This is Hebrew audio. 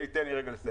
אלי, תן לי רגע לסיים.